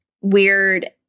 weird